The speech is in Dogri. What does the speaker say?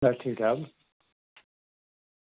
बस ठीक ठाक